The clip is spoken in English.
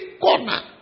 corner